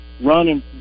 running